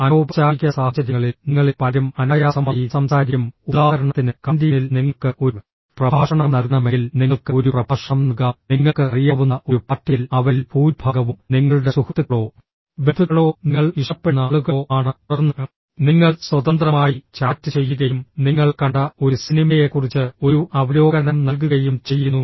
അനൌപചാരിക സാഹചര്യങ്ങളിൽ നിങ്ങളിൽ പലരും അനായാസമായി സംസാരിക്കും ഉദാഹരണത്തിന് കാന്റീനിൽ നിങ്ങൾക്ക് ഒരു പ്രഭാഷണം നൽകണമെങ്കിൽ നിങ്ങൾക്ക് ഒരു പ്രഭാഷണം നൽകാം നിങ്ങൾക്ക് അറിയാവുന്ന ഒരു പാർട്ടിയിൽ അവരിൽ ഭൂരിഭാഗവും നിങ്ങളുടെ സുഹൃത്തുക്കളോ ബന്ധുക്കളോ നിങ്ങൾ ഇഷ്ടപ്പെടുന്ന ആളുകളോ ആണ് തുടർന്ന് നിങ്ങൾ സ്വതന്ത്രമായി ചാറ്റ് ചെയ്യുകയും നിങ്ങൾ കണ്ട ഒരു സിനിമയെക്കുറിച്ച് ഒരു അവലോകനം നൽകുകയും ചെയ്യുന്നു